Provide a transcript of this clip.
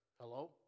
Hello